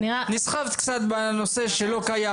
נסחפת קצת בנושא שלא קיים.